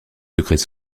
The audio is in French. secrets